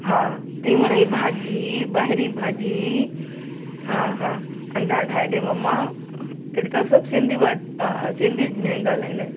हा तीवण ई भाॼी ॿाहिरीं भाॼी हा हा अंडा ठाहे ॾे मम्मा अहिड़ी तरह सभु सिंधी वर्ड हा सिंधी में ई ॻाल्हाईंदा आहिनि